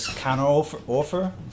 counter-offer